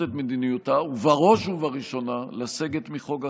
את מדיניותה ובראש ובראשונה לסגת מחוק החשמל.